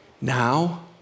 now